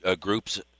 groups